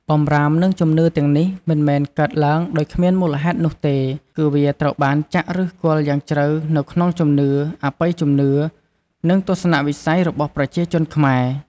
បម្រាមនិងជំនឿទាំងនេះមិនមែនកើតឡើងដោយគ្មានមូលហេតុនោះទេ គឺវាត្រូវបានចាក់ឫសគល់យ៉ាងជ្រៅនៅក្នុងជំនឿ អបិយជំនឿ និងទស្សនៈវិស័យរបស់ប្រជាជនខ្មែរ។